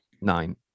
Nine